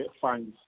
fines